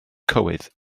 cywydd